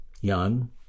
young